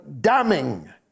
damning